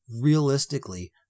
realistically